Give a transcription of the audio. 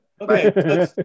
Okay